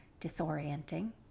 disorienting